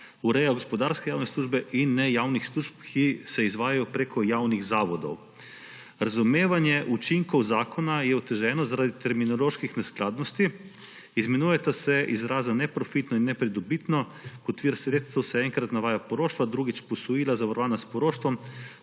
ureja gospodarske javne službe in ne javnih služb, ki se izvajajo prek javnih zavodov. Razumevanje učinkov zakona je oteženo zaradi terminoloških neskladnosti. Izmenjujeta se izraza neprofitno in nepridobitno. Kot vir sredstev se enkrat navaja poroštva, drugič posojila, zavarovana s poroštvom.